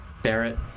Barrett